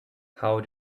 how